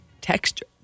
texture